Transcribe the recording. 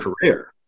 career